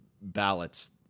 ballots